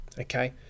Okay